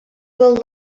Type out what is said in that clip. will